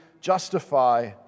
justify